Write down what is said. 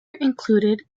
included